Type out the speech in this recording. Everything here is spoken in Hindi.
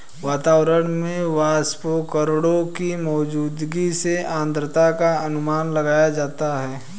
वातावरण में वाष्पकणों की मौजूदगी से आद्रता का अनुमान लगाया जाता है